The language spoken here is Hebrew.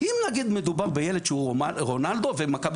אם נגיד מדובר בילד שהוא רונאלדו ומכבי